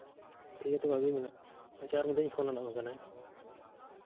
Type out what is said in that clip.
ᱴᱷᱤᱠ ᱜᱮᱭᱟ ᱛᱚᱵᱮ ᱟᱹᱜᱩᱭ ᱢᱮ ᱦᱟᱸᱜ ᱟᱪᱪᱷᱟ ᱟᱨ ᱢᱤᱫ ᱫᱷᱟᱣ ᱯᱷᱳᱱ ᱟᱢ ᱠᱟᱱᱟᱧ